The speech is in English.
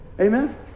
Amen